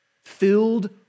filled